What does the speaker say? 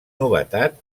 novetat